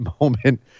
moment